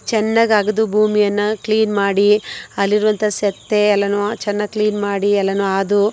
ಚೆನ್ನಾಗಿ ಅಗೆದು ಭೂಮಿಯನ್ನು ಕ್ಲೀನ್ ಮಾಡಿ ಅಲ್ಲಿರುವಂಥ ಸೆತ್ತೆ ಎಲ್ಲನೂ ಚೆನ್ನಾಗಿ ಕ್ಲೀನ್ ಮಾಡಿ ಎಲ್ಲನೂ ಅದು